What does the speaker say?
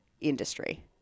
industry